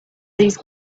these